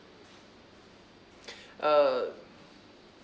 uh